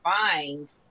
find